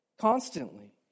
constantly